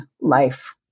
life